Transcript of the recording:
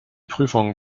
prüfung